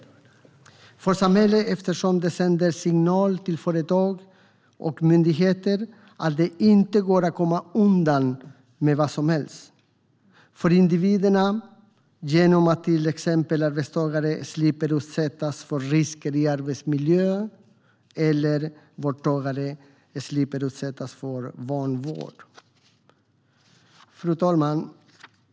Det är av stort värde för samhället eftersom det sänder signaler till företag och myndigheter att det inte går att komma undan med vad som helst. Och det är av stort värde för individerna genom att till exempel arbetstagare slipper utsättas för risker i arbetsmiljön och att vårdtagare slipper utsättas för vanvård. Fru talman!